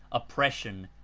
oppression,